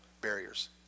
barriers